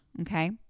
Okay